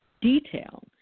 detail